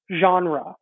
genre